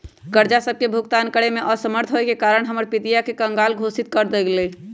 कर्जा सभके भुगतान करेमे असमर्थ होयेके कारण हमर पितिया के कँगाल घोषित कएल गेल